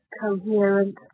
coherent